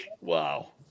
Wow